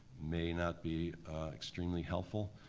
may not be extremely helpful,